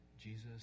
Jesus